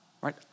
Right